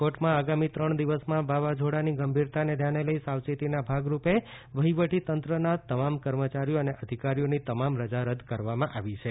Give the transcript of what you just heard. રાજકોટમાં આગામી ત્રણ દિવસમાં વાવાઝોડાની ગંભીરતાને ધ્યાને લઈ સાવયેતીનાં ભાગરૂપે વહીવટીતંત્રનાં તમામ કર્મચારીઓ અને અધિકારીઓની તમામ રજા રદ કરવામાં આવી છે